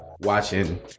watching